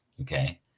okay